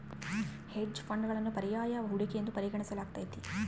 hedge ಫಂಡ್ಗಳನ್ನು ಪರ್ಯಾಯ ಹೂಡಿಕೆ ಎಂದು ಪರಿಗಣಿಸಲಾಗ್ತತೆ